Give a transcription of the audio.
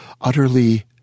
utterly